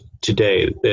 today